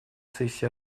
сессии